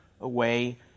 away